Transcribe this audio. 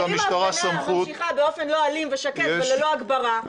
אבל אם ההפגנה ממשיכה באופן לא אלים ושקט וללא הגברה?